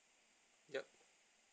yup